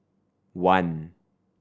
one